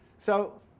so,